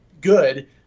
good